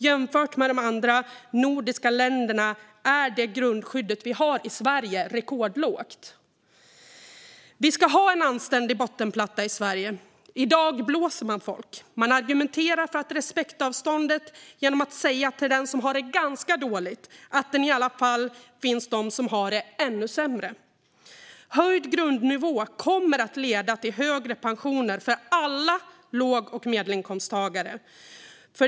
Jämfört med de andra nordiska länderna är det grundskydd som vi har i Sverige rekordlågt. Vi ska ha en anständig bottenplatta i Sverige. I dag blåser man folk. Man argumenterar för respektavståndet genom att säga till den som har det ganska dåligt att det i alla fall finns de som har det ännu sämre. Höjd grundnivå kommer att leda till högre pensioner för alla låg och medelinkomsttagare.